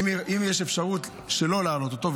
אם יש אפשרות שלא להעלות אותו.